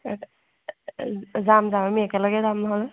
যাম যাম আমি একেলগে যাম নহ'লে